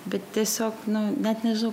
bet tiesiog nu net nežinau